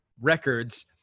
records